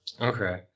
Okay